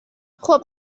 خوب